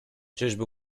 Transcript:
czyżby